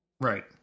right